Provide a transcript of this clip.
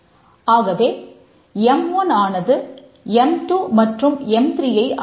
ஆகவே எம்1 ஆனது எம்2 மற்றும் எம்3 ஐ அழைக்கிறது